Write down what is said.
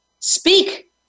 Speak